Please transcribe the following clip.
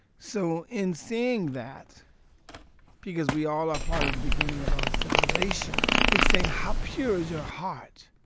so in seeing that because we all are part of the beginning of our civilization it's saying, how pure is your heart?